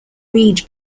reed